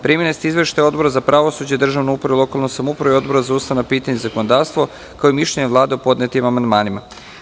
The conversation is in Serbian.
Primili ste izveštaje Odbora za pravosuđe, državnu upravu i lokalnu samoupravu i Odbora za ustavna pitanja i zakonodavstvo, kao i mišljenje Vlade o podnetim amandmanima.